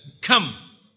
come